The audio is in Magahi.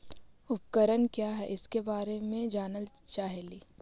उपकरण क्या है इसके बारे मे जानल चाहेली?